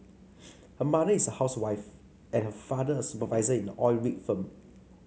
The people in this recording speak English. her mother is a housewife and her father a supervisor in an oil rig firm